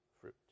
fruit